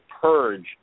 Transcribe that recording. purge